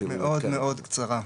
מאוד מאוד קצרה.